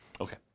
Okay